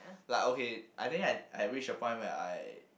like okay I think I I reached a point where I